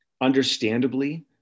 understandably